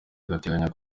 ategekanywa